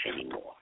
anymore